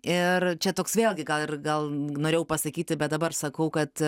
ir čia toks vėlgi gal ir gal norėjau pasakyti bet dabar sakau kad